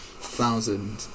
thousand